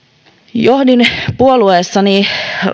johdin puolueessani